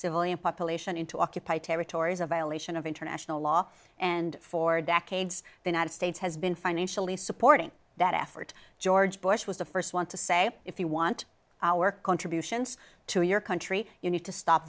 civil population into occupied territories a violation of international law and for decades the united states has been financially supporting that effort george bush was to first want to say if you want our contributions to your country you need to stop